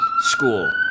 school